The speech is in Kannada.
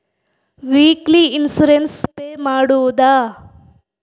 ವೀಕ್ಲಿ ಇನ್ಸೂರೆನ್ಸ್ ಪೇ ಮಾಡುವುದ?